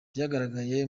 byagaragaye